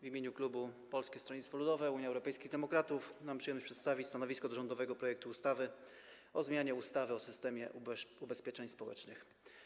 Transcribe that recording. W imieniu klubu Polskiego Stronnictwa Ludowego - Unii Europejskich Demokratów mam przyjemność przedstawić stanowisko wobec rządowego projektu ustawy o zmianie ustawy o systemie ubezpieczeń społecznych.